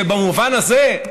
ובמובן הזה,